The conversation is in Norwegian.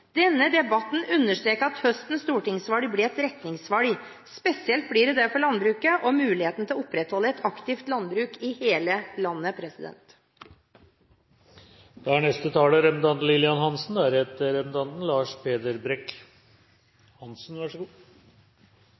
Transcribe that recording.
Denne debatten understreker at høstens stortingsvalg blir et retningsvalg. Spesielt blir det det for landbruket, for muligheten til å opprettholde et aktivt landbruk i hele landet.